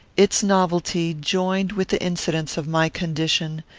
its novelty, joined with the incidents of my condition,